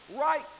right